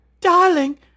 Darling